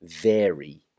vary